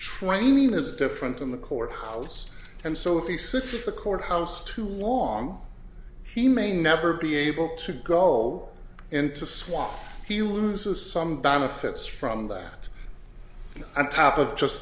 training is different in the court halls and so if he sits at the courthouse too long he may never be able to go into swath he loses some benefits from that on top of just